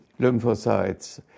lymphocytes